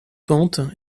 pentes